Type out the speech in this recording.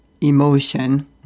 emotion